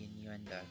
innuendo